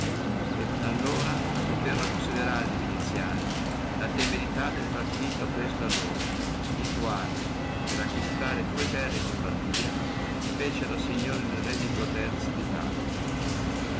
allora posserno considerare viniziani la temerità del partito preso da loro i quali per acquistare dua terre in lombardia feciono signore el re di dua terzi